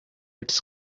its